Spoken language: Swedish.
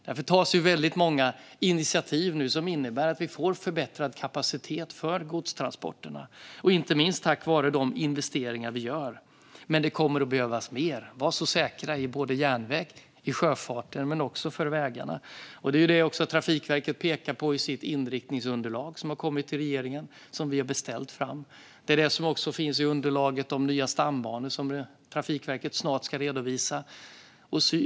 Därför tas nu väldigt många initiativ som innebär att vi får förbättrad kapacitet för godstransporterna. Detta är inte minst tack vare de investeringar vi gör, men det kommer att behövas mer - var så säkra - såväl när det gäller järnvägen och sjöfarten som när det gäller vägarna. Det är detta som Trafikverket pekar på i sitt inriktningsunderlag, som har kommit till regeringen och som vi har beställt. Det är också detta som finns i det underlag om nya stambanor som Trafikverket snart ska redovisa.